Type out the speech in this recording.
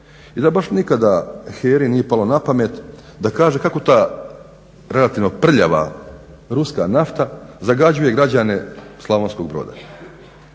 i da baš nikada HERA-i nije palo na pamet da kaže kako ta relativno prljava ruska nafta zagađuje građane Slavonskog broda